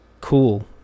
cool